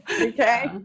okay